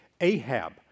Ahab